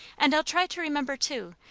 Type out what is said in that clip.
and i'll try to remember, too,